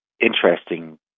interesting